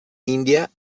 india